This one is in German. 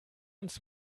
uns